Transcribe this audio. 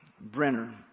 Brenner